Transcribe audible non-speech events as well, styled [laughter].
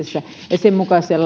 ja sen [unintelligible]